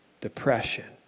depression